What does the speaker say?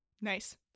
Nice